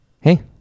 hey